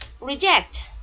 reject